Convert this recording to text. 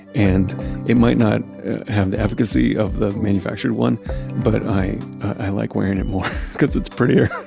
and it might not have the efficacy of the manufactured one but i i like wearing it more because it's prettier.